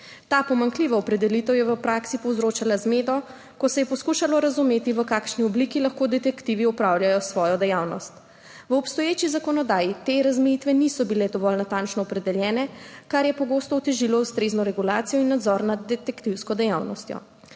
Ta pomanjkljiva opredelitev je v praksi povzročala zmedo, ko se je poskušalo razumeti, v kakšni obliki lahko detektivi opravljajo svojo dejavnost. V obstoječi zakonodaji te razmejitve niso bile dovolj natančno opredeljene, kar je pogosto otežilo ustrezno regulacijo in nadzor nad detektivsko dejavnostjo.